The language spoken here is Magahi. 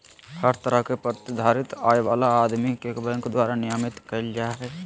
हर तरह के प्रतिधारित आय वाला आदमी के बैंक द्वारा नामित कईल जा हइ